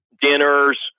dinners